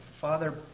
Father